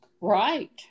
Right